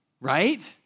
Right